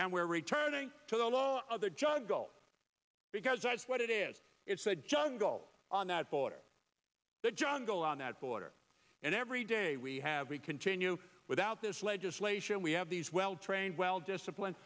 and we're returning to the low other juggle because that's what it is it's said jungle on that border the jungle on that border and every day we have we continue without this legislation we have these well trained well discipline